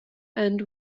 and